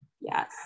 Yes